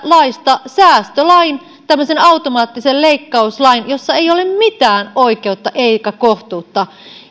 laista säästölain tämmöisen automaattisen leikkauslain jossa ei ole mitään oikeutta eikä kohtuutta